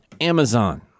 Amazon